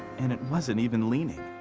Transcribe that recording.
and it wasn't even leaning.